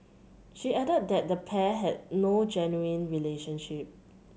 she added that the pair had no genuine relationship